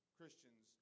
Christians